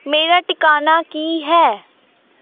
ਮੇਰਾ ਟਿਕਾਣਾ ਕੀ ਹੈ